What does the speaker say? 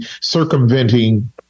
circumventing